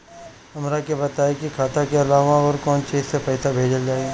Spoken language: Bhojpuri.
हमरा के बताई की खाता के अलावा और कौन चीज से पइसा भेजल जाई?